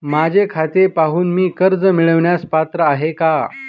माझे खाते पाहून मी कर्ज मिळवण्यास पात्र आहे काय?